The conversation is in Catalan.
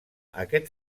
aquest